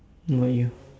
what about you